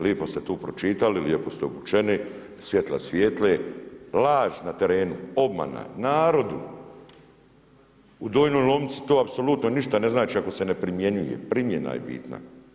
Lipo ste tu pročitali, lijepo ste obučeni, svjetla svijetle, laž na terenu, obmana narodu u Donjoj Lomnici to apsolutno ništa ne znači ako se ne primjenjuje, primjena je bitna.